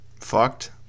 Fucked